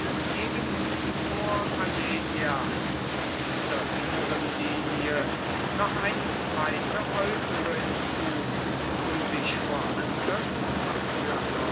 ebenwie vor alesia zu dieser inneren linie noch eine zweite äußere hinzu um sich vor angriffen von